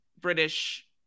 British